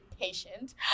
patient